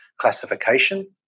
classification